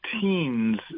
teens